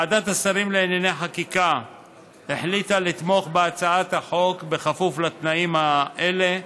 ועדת השרים לענייני חקיקה החליטה לתמוך בהצעת החוק בכפוף לתנאים האלה: